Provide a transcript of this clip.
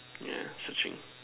yeah searching